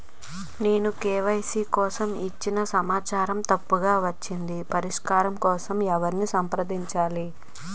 నేను కే.వై.సీ కోసం ఇచ్చిన సమాచారం తప్పుగా వచ్చింది పరిష్కారం కోసం ఎవరిని సంప్రదించాలి?